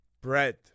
Bread